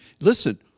listen